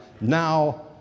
now